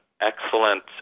excellent